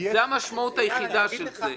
זאת המשמעות היחידה של זה.